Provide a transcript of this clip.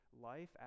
life